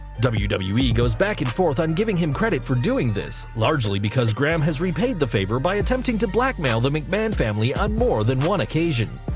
wwe wwe goes back and forth on giving him credit for doing this, largely because graham has repaid the favor by attempting to blackmail the mcmahon family on more than one occasion.